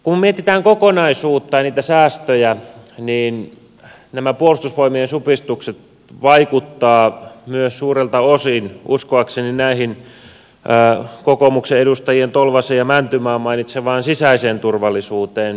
kun mietitään kokonaisuutta ja niitä säästöjä nämä puolustusvoimien supistukset vaikuttavat uskoakseni myös suurelta osin kokoomuksen edustajien tolvasen ja mäntymaan mainitsemaan sisäiseen turvallisuuteen